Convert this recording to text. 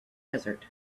desert